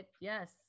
Yes